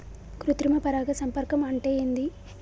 కృత్రిమ పరాగ సంపర్కం అంటే ఏంది?